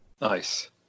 Nice